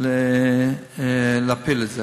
כדי להפיל את זה.